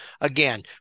again